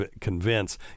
convince